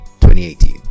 2018